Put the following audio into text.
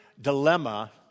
dilemma